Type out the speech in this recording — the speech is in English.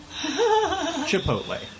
Chipotle